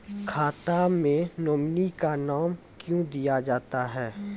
खाता मे नोमिनी का नाम क्यो दिया जाता हैं?